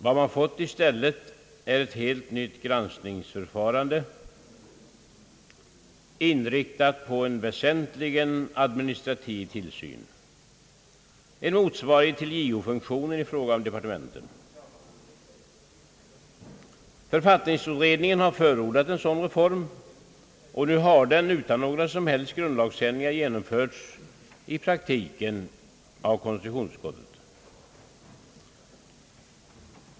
Vad man fått i stället är ett helt nytt granskningsförfarande, inriktat på en väsentligen administrativ tillsyn, en motsvarighet till JO-funktionen i fråga om departementen. Författningsutredningen förordade en sådan reform, och nu har den utan några som helst grundlagsändringar genomförts i praktiken av konstitutionsutskottet.